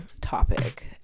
topic